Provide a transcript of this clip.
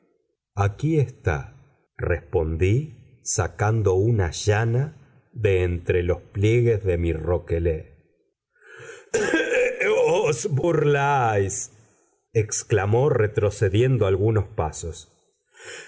aquí está respondí sacando una llana de entre los pliegues de mi roquelaure os burláis exclamó retrocediendo algunos pasos